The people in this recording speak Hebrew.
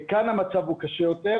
כאן המצב הוא קשה יותר,